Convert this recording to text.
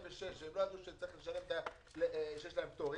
סעיף 46 והם לא ידעו שיש להם פטור.